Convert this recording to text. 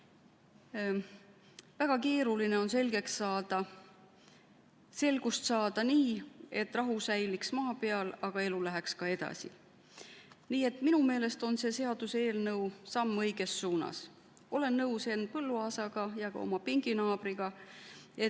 Väga keeruline on selgust saada nii, et rahu säiliks maa peal, aga elu läheks edasi. Nii et minu meelest on see seaduseelnõu samm õiges suunas. Olen nõus Henn Põlluaasaga ja ka oma pinginaabriga, et